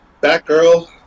Batgirl